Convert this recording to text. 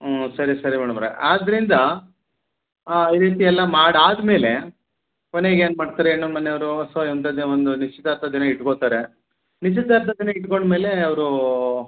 ಹ್ಞೂ ಸರಿ ಸರಿ ಮೇಡಮ್ ಅವರೇ ಆದ್ದರಿಂದ ಈ ರೀತಿ ಎಲ್ಲ ಮಾಡಿ ಆದಮೇಲೆ ಕೊನೆಗೇನು ಮಾಡ್ತಾರೆ ನಮ್ಮ ಮನೆಯವ್ರು ಸೊ ಇಂಥದ್ದೆ ಒಂದು ನಿಶ್ಚಿತಾರ್ಥದ ದಿನ ಇಟ್ಕೋತಾರೆ ನಿಶ್ಚಿತಾರ್ಥದ ದಿನ ಇಟ್ಕೊಂಡ್ ಮೇಲೆ ಅವ್ರು